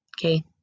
Okay